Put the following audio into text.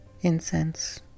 incense